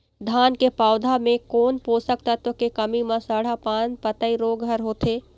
धान के पौधा मे कोन पोषक तत्व के कमी म सड़हा पान पतई रोग हर होथे?